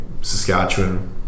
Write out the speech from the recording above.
saskatchewan